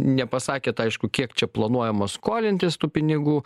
nepasakėt aišku kiek čia planuojama skolintis tų pinigų